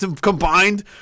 combined